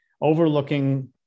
overlooking